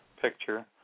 picture